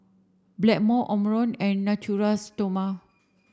Blackmore Omron and Natura Stoma